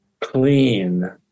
clean